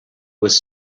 was